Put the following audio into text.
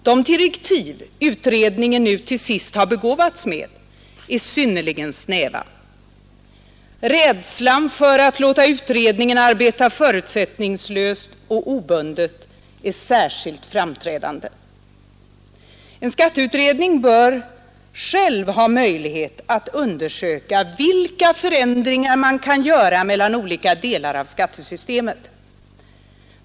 De direktiv utredningen nu till sist har begåvats med är synnerligen snäva. Rädslan för att låta utredningen arbeta förutsättningslöst och obundet är särskilt framträdande. En skatteutredning bör själv ha möljlighet att undersöka vilka förändringar man kan göra i olika delar av skattesystemet.